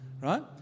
right